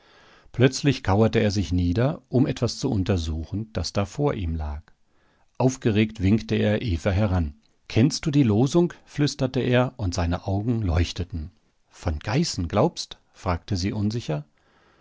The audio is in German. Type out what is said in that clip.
plötzlich kauerte er sich nieder um etwas zu untersuchen das da vor ihm lag aufgeregt winkte er eva heran kennst du die losung flüsterte er und seine augen leuchteten von geißen glaubst fragte sie unsicher